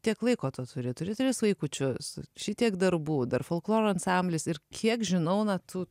tiek laiko tu turi turi tris vaikučius šitiek darbų dar folkloro ansamblis ir kiek žinau natų